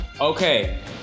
okay